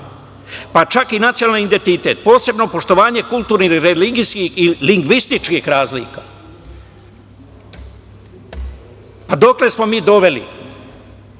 Pa, čak i nacionalni identitet, posebno poštovanje kulturnih, religijski i lingvističkih razlika. Dokle smo se mi doveli?